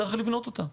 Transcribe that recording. יש לבנות אותה.